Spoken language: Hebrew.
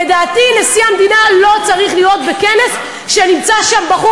לדעתי נשיא המדינה לא צריך להיות בכנס שנמצא שם בחור